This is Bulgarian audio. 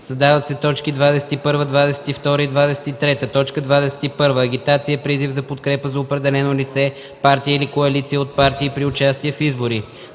Създават се т. 21, 22 и 23: „21. „Агитация” е призив за подкрепа за определено лице, партия или коалиция от партии при участие в избори.